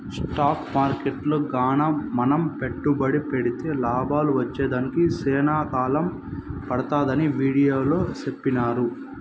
stock మార్కెట్టులో గాన మనం పెట్టుబడి పెడితే లాభాలు వచ్చేదానికి సేనా కాలం పడతాదని వీడియోలో సెప్పినారు